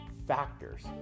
factors